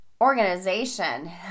organization